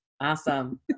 Awesome